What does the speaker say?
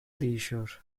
değişiyor